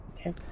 Okay